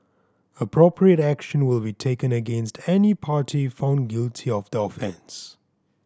appropriate action will be taken against any party found guilty of the offence